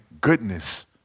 goodness